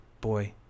boy